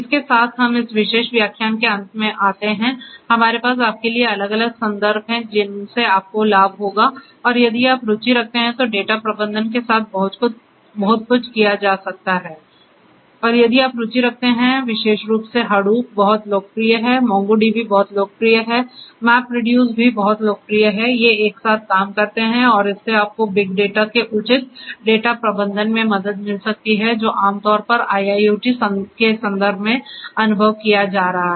इसके साथ हम इस विशेष व्याख्यान के अंत में आते हैं हमारे पास आपके लिए अलग अलग संदर्भ हैं जिनसे आपको लाभ होगा और यदि आप रुचि रखते हैं तो डेटा प्रबंधन के साथ बहुत कुछ किया जा सकता है और यदि आप रुचि रखते हैं विशेष रूप से Hadoop बहुत लोकप्रिय है MongoDB बहुत लोकप्रिय है MapReduce भी बहुत लोकप्रिय है ये एक साथ काम करते हैं और इससे आपको बिग डेटा के उचित डेटा प्रबंधन में मदद मिल सकती है जो आमतौर पर IIoT के संदर्भ में अनुभव किया जा रहा है